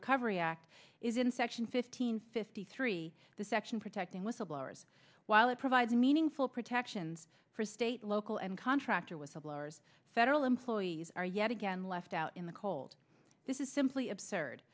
recovery act is in section fifteen fifty three the section protecting whistleblowers while it provides meaningful protections for state local and contractor whistleblowers federal employees are yet again left out in the cold this is simply absurd